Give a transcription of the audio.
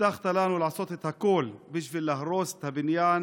הבטחת לנו לעשות את הכול בשביל להרוס את הבניין,